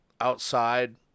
outside